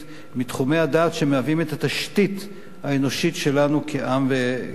מתחומי הדעת שמהווים את התשתית האנושית שלנו כעם וחברה.